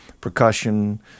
percussion